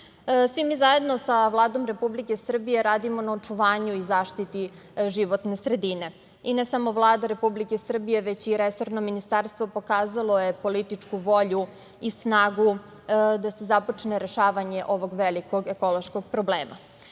mi zajedno sa Vladom Republike Srbije radimo na očuvanju i zaštiti životne sredine, i ne samo Vlada Republike Srbije, već i resorno ministarstvo pokazalo je političku volju i snagu da se započne rešavanje ovog velikog ekološkog problema.